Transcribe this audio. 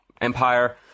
empire